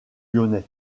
lyonnais